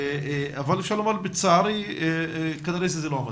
אבל אפשר לומר, לצערי, כנראה שזה לא המצב.